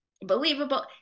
believable